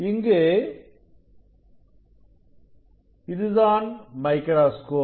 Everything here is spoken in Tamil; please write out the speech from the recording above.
இங்கு இதுதான் மைக்ராஸ்கோப்